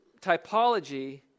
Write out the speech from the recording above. typology